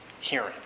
hearing